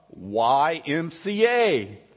YMCA